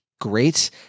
great